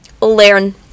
learn